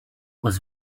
was